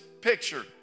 picture